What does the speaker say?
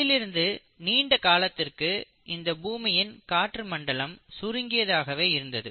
அதிலிருந்து நீண்ட காலத்திற்கு இந்த பூமியின் காற்று மண்டலம் சுருங்கியதாகவே இருந்தது